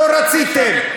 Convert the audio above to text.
לא רציתם.